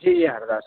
जी हरदा से